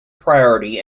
priority